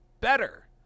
better